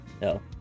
no